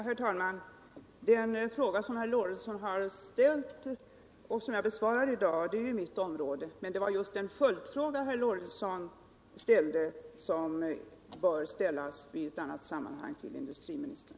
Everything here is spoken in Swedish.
Herr talman! Den fråga som herr Lorentzon har ställt och som jag besvarade i dag tillhör mitt område, men det var just den följdfråga herr Lorentzon ställde som bör ställas i ett annat sammanhang till industriministern.